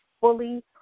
fully